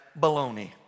baloney